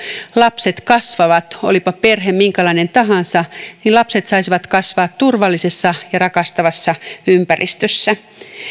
lapset kasvavat olipa perhe minkälainen tahansa lapset saisivat kasvaa turvallisessa ja rakastavassa ympäristössä